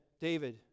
David